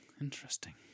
interesting